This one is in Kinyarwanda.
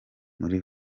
muri